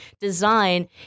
design